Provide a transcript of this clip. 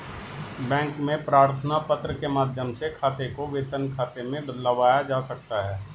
bank में प्रार्थना पत्र के माध्यम से खाते को वेतन खाते में बदलवाया जा सकता है